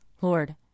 Lord